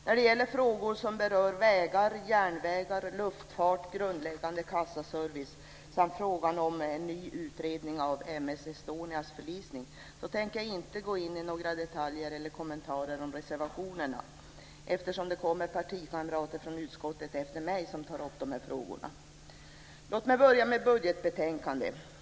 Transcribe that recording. När det gäller frågor som berör vägar, järnvägar, luftfart och grundläggande kassaservice samt frågan om en ny utredning av M/S Estonias förlisning tänker jag inte gå in på detaljer eller kommentarer om reservationerna, eftersom det kommer partikamrater från utskottet efter mig som tar upp dessa frågor. Låt mig börja med budgetbetänkandet.